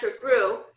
grew